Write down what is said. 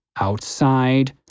outside